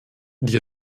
die